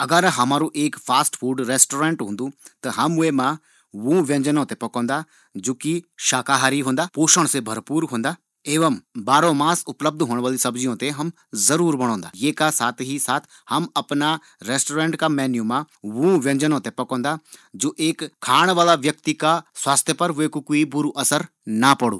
अगर हमारु एक फ़ास्ट फूड रेस्टोरेंट होन्दु त हम वे मा वू व्यंजनों ते पकौन्दा जु कि शाकाहारी होंदा जौंकि उपलब्धता साल भर तक होंदी और खाण वाला व्यक्ति का शरीर पर उंकू क्वी कुप्रभाव नी पड़डू।